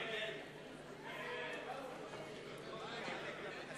מפעלי מים (תוכנית